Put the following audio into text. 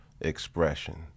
expression